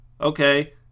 Okay